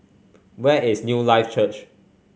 where is Newlife Church